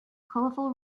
colorful